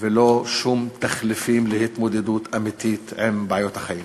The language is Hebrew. ולא שום תחליפים להתמודדות אמיתית עם בעיות החיים.